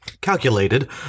Calculated